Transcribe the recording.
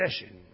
session